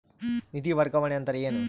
ನಿಧಿ ವರ್ಗಾವಣೆ ಅಂದರೆ ಏನು?